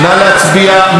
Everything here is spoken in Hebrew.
נא להצביע.